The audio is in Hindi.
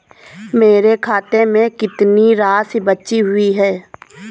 मेरे खाते में कितनी राशि बची हुई है?